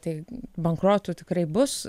tai bankrotų tikrai bus